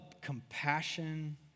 compassion